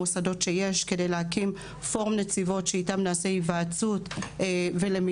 המוסדות שיש כדי להקים פורום נציבות שאיתן נעשה היוועצות ולמידה,